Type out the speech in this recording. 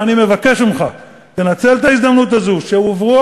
ואני מבקש ממך: תנצל את ההזדמנות הזאת שהועברו